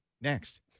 Next